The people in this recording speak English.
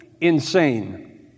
insane